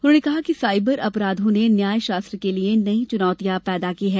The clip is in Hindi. उन्होंने कहा कि साइबर अपराधों ने न्याय शास्त्र के लिये नई चुनौतियां पैदा की है